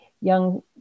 young